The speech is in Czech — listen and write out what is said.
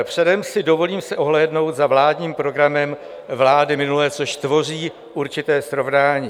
Předem si dovolím se ohlédnout za vládním programem vlády minulé, což tvoří určité srovnání.